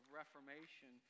reformation